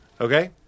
Okay